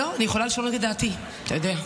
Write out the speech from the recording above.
לא, אני יכולה לשנות את דעתי, אתה יודע.